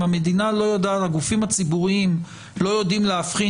המדינה לא ידעה או הגופים הציבוריים לא יודעים להבחין